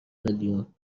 میلیون